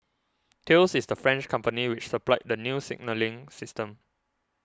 Thales is the French company which supplied the new signalling system